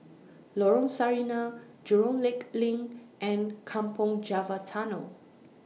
Lorong Sarina Jurong Lake LINK and Kampong Java Tunnel